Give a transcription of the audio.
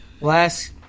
last